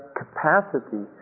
capacity